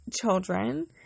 children